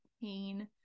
pain